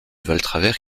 valtravers